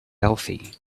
healthy